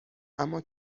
اما